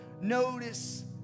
notice